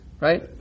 right